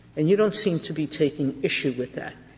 and you don't seem to be taking issue with that.